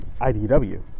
IDW